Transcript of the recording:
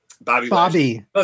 Bobby